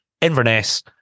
Inverness